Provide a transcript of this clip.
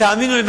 תאמינו לי,